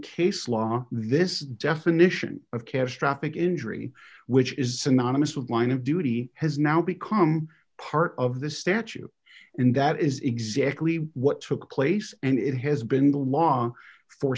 case law this definition of catastrophic injury which is synonymous with line of duty has now become part of the statute and that is exactly what took place and it has been the law for